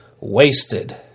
wasted